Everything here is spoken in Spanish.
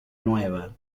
nueva